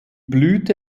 blüte